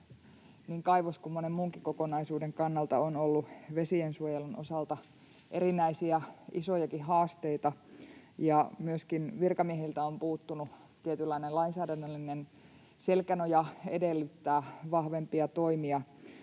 kaivos‑ kuin monen muunkin kokonaisuuden kannalta on ollut vesiensuojelun osalta erinäisiä isojakin haasteita ja myöskin virkamiehiltä on puuttunut tietynlainen lainsäädännöllinen selkänoja edellyttää vahvempia toimia,